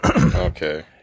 Okay